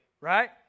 right